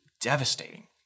devastating